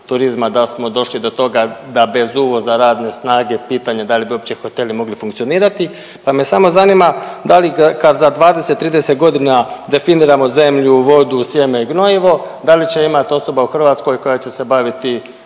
da smo došli do toga da bez uvoza radne snage pitanje da li bi uopće hoteli mogli funkcionirati. Pa me samo zanima da li kad za 20, 30 godina definiramo zemlju, vodu, sjeme, gnojivo da li će imati osoba u Hrvatskoj koja će se baviti